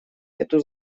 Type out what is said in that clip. эту